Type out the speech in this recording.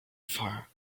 far